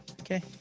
Okay